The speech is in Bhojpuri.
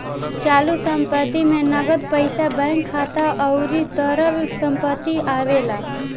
चालू संपत्ति में नगद पईसा बैंक खाता अउरी तरल संपत्ति आवेला